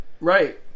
right